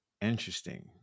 interesting